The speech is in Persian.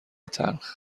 تلخ